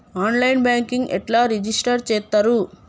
On line banking ఎట్లా register చేత్తరు?